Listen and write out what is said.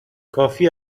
کافی